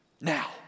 now